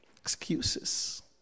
Excuses